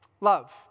love